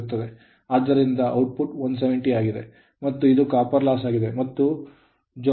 ಆದ್ದರಿಂದ output 170 ಆಗಿದೆ ಮತ್ತು ಇದು copper loss ಗಿದೆ ಮತ್ತು ಜೌಲ್ಸ್ ಲ್ಲಿ energyಯಾಗಿದೆ